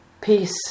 peace